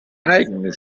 eigene